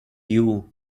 you